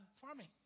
farming